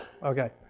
Okay